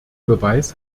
beweis